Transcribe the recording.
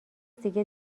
دیگه